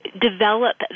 develop